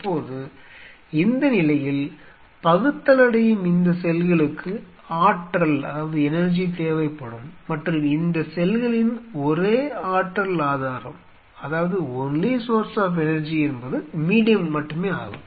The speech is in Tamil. இப்போது இந்த நிலையில் பகுத்தலடையும் இந்த செல்களுக்கு ஆற்றல் தேவைப்படும் மற்றும் இந்த செல்களின் ஒரே ஆற்றல் ஆதாரம் மீடியம் மட்டுமே ஆகும்